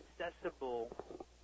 accessible